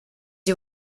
you